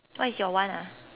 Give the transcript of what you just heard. what is your one ah